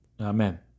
Amen